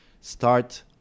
start